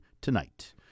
tonight